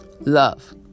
Love